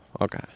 okay